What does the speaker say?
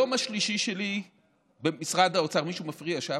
ביום השלישי שלי במשרד האוצר, מישהו מפריע שם,